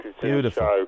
Beautiful